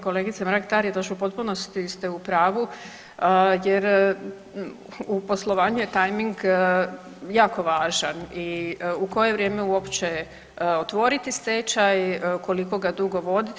Kolegice Mrak-Taritaš, u potpunosti ste u pravu jer u poslovanju je tajming jako važan i u koje vrijeme uopće otvoriti stečaj i koliko ga dugo voditi.